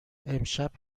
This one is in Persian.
امشب